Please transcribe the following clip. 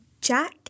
Jack